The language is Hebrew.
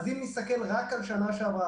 אם נסתכל רק על השנה שעברה,